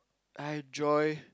I enjoy